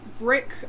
brick